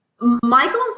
Michael